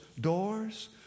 doors